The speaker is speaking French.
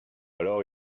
alors